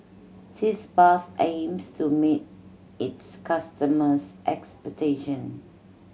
Sitz Bath aims to meet its customers' expectation